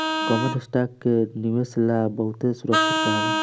common stock के निवेश ला बहुते सुरक्षित कहाला